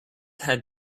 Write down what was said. had